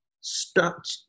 start